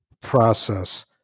process